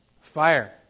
Fire